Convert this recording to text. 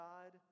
God